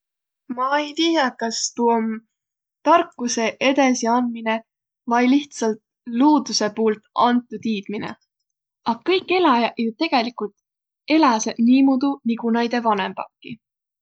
Ma ei tiiäq, kas tuu om tarkusõ edesiandminõ vai lihtsält luudusõ puult antu tiidmine, a kõik eläjäq jo tegeligult eläseq niimuudu, nigu näide vanõmbaki.